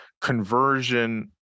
conversion